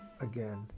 again